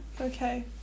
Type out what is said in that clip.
Okay